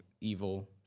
evil